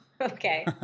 Okay